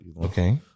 Okay